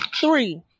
three